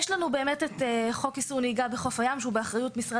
יש לנו את חוק איסור נהיגה בחוף הים, שהוא